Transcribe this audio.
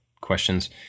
questions